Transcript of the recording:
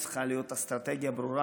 צריכה להיות אסטרטגיה ברורה,